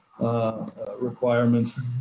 Requirements